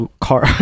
car